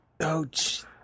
Ouch